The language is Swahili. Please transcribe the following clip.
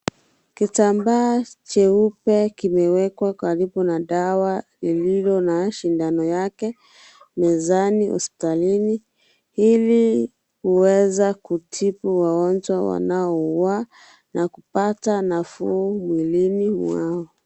Kitambaa cheupe kimewekwa karibu na dawa iliyo na sindano yake, mezani hospitalini hivi ili kuweza kutibu wagonjwa wanaougua na kupata nafuu mwilini mwao.